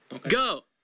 Go